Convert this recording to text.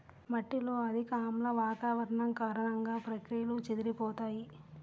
మట్టిలో అధిక ఆమ్ల వాతావరణం కారణంగా, ప్రక్రియలు చెదిరిపోతాయి